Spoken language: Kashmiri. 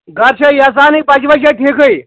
گرِ چھا ییٚحسانٕے بَچہٕ وَچہٕ چھےٚ ٹھیٖکٕے